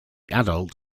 adult